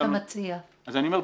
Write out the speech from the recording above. בנושא הזה,